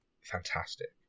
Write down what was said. fantastic